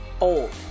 old